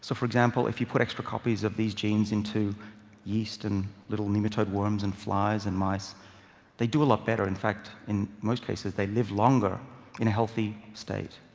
so for example, if you put extra copies of these genes into yeast, and little nematode worms, and flies, and mice they do a lot better. in fact, in most cases, they live longer in a healthy state.